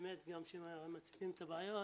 באמת גם כשמציפים את הבעיות,